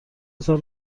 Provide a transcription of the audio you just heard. تان